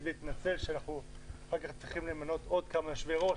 ואתנצל שאנחנו אחר כך צריכים למנות עוד כמה יושבי-ראש.